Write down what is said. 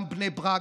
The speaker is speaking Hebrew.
גם בני ברק,